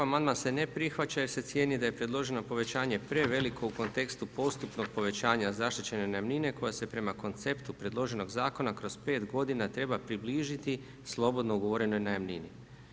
Amandman se ne prihvaća jer se cijeni da je predloženo povećanje preveliko u kontekstu postupnog povećanja zaštićene najamnine koja se prema konceptu predloženog zakona kroz 5 godina treba približiti slobodno ugovorenoj najamnini.